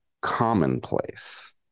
commonplace